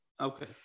Okay